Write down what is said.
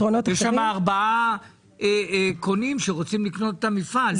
יש שם ארבעה קונים שרוצים לקנות את המפעל.